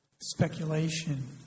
speculation